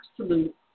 absolute